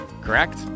Correct